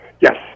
Yes